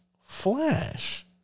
flash